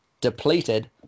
depleted